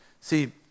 See